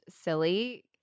silly